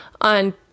on